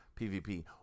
PVP